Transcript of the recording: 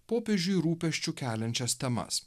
popiežiui rūpesčių keliančias temas